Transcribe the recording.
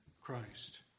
Christ